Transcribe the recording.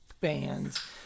bands